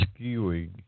skewing